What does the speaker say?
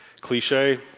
Cliche